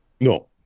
No